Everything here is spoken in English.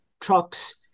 trucks